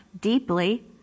deeply